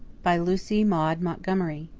by lucy maud montgomery